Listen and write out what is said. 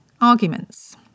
arguments